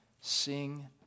Sing